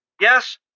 Yes